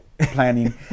planning